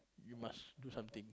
you must do something